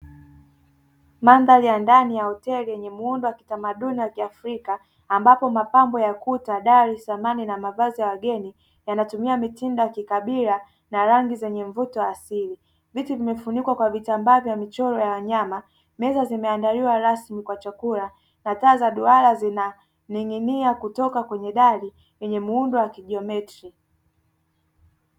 Mandhari ya ndani ya hoteli yenye muundo wa kitamaduni wa kiafrika ambapo mapambo ya kuta, dari, samani na mavazi ya wageni yanatumia mitindo ya kikabila na rangi zenye mvuto wa asili, viti vimefunikwa kwa vitambaa vya michoro ya wanyama, meza zimeandaliwa rasmi kwa chakula, taa za duara zinaning'inia kutoka kwenye dari zenye muundo wa kijiometri